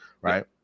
right